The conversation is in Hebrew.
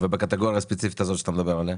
ובקטגוריה הספציפית הזאת שאתה מדבר עליה?